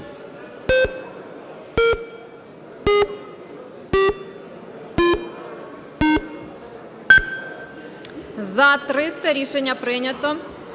За-310 Рішення прийнято.